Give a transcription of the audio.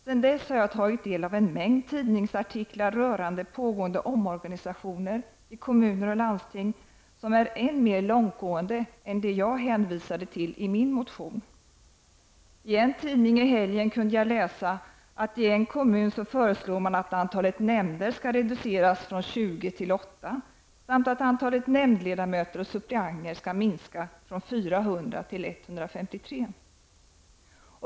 Sedan dess har jag tagit del av en mängd tidningsartiklar rörande pågående omorganisationer i kommuner och landsting som är än mer långtgående än de jag hänvisade till i min motion. I helgen kunde jag i en tidning läsa att man i en kommun föreslår att antalet nämnder skall reduceras från 20 till 8 samt att antalet nämndledamöter och suppleanter skall minska från 400 till 153.